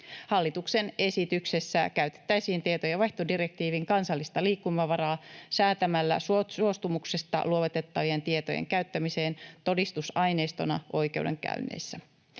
Hallituksen esityksessä käytettäisiin tietojenvaihtodirektiivin kansallista liikkumavaraa säätämällä suostumuksesta luovutettavien tietojen käyttämiseen todistusaineistona oikeudenkäynneissä.